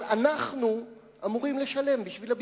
אבל אנחנו אמורים לשלם בשביל הביקור.